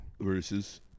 versus